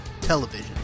television